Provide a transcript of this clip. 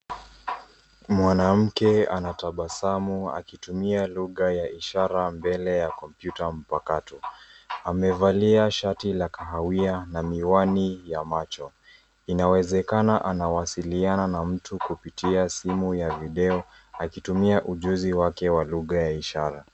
Mwanamke anatabasamua akitumia lugha ya ishara mbele ya kompyuta mpakato. Amevalia shati la kahawia na miwani ya macho. Inawezekana anawasiliana na mtu kupitia simu ya video akitumia ujuzi wake wa lugha ya ishara.